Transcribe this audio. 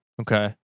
Okay